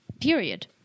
Period